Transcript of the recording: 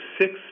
six